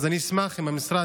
אז אני אשמח אם המשרד